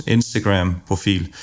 Instagram-profil